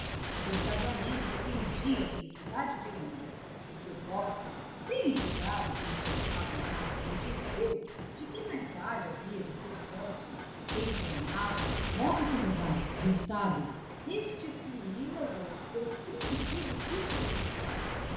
daquele casamento dependia a felicidade de ambas porque o costa bem empregado como se achava em casa de um tio seu de quem mais tarde havia de ser sócio tencionava logo que mudasse de estado restituí las ao seu primitivo circulo social